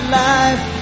life